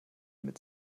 mit